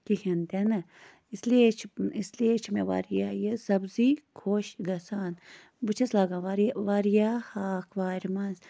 کِہیٖنۍ تہِ نہٕ اِسلیے چھِ اِسلیے چھِ مےٚ واریاہ یہِ سبزی خۄش گَژھان بہٕ چھَس لَگان واریاہ واریاہ ہاکھ وارِ منٛز